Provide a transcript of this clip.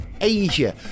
Asia